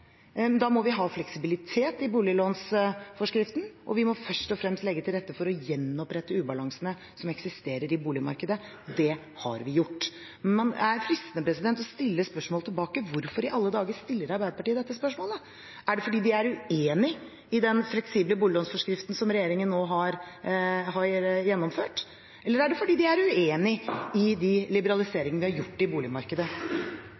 men da må vi ha fleksibilitet i boliglånsforskriften, og vi må først og fremst legge til rette for å gjenopprette ubalansene som eksisterer i boligmarkedet. Det har vi gjort. Det er fristende å stille spørsmålet tilbake: Hvorfor i alle dager stiller Arbeiderpartiet dette spørsmålet? Er det fordi de er uenig i den fleksible boliglånsforskriften som regjeringen nå har gjennomført, eller er det fordi de er uenig i de